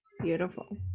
Beautiful